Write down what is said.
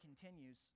continues